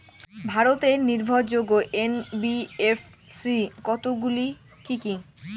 ভারতের নির্ভরযোগ্য এন.বি.এফ.সি কতগুলি কি কি?